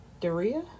Daria